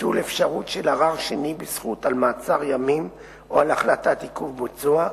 ביטול אפשרות של ערר שני בזכות על מעצר ימים או על החלטת עיכוב ביצוע.